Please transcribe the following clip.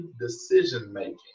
decision-making